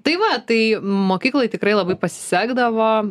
tai va tai mokykloj tikrai labai pasisekdavo